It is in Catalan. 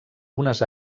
unes